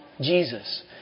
Jesus